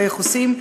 איך עושים,